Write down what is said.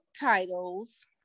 titles